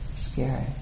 scary